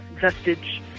vestige